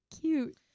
cute